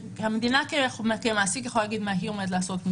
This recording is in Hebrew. המדינה כמעסיק יכולה להגיד מה היא עומדת לעשות.